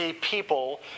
people